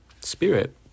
spirit